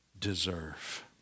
deserve